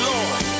Lord